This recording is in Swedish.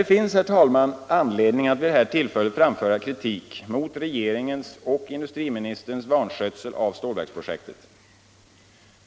Det finns, herr talman, anledning att vid detta tillfälle framföra kritik mot regeringens och industriministerns vanskötsel av stålverksprojektet.